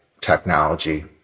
technology